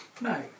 No